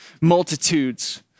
multitudes